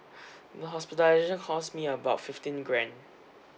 the hospitalisation cost me about fifteen grand